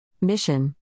Mission